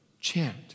chant